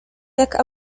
jak